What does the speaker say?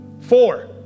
four